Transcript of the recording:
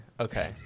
Okay